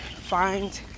find